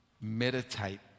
meditate